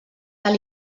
tal